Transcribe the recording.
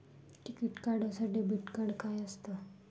टिकीत कार्ड अस debit card काय असत?